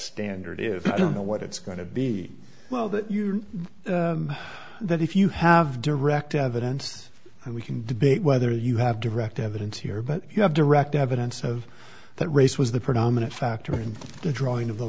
standard if i don't know what it's going to be well that you that if you have direct evidence and we can debate whether you have direct evidence here but you have direct evidence of that race was the predominant factor in the drawing